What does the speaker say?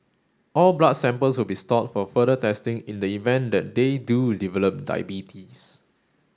all blood samples will be stored for further testing in the event that they do develop diabetes